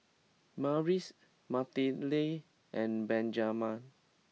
Marquise Matilde and Benjamen